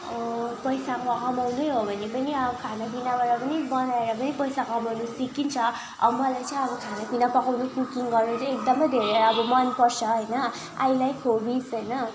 पैसाको अभाव नै हो भने पनि अब खानापिनाबाट पनि बनाएर पनि पैसा कमाउनु सिकिन्छ अब मलाई चाहिँ अब खानापिना पकाउनु कुकिङ गर्नु चाहिँ एकदमै धेरै अब मनपर्छ होइन आई लाइक फुडिस होइन